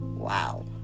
wow